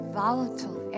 volatile